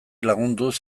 lagunduz